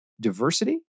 diversity